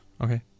Okay